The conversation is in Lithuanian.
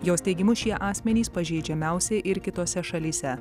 jos teigimu šie asmenys pažeidžiamiausi ir kitose šalyse